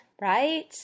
Right